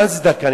מה זה דקה?